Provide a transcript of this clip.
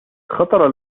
خطر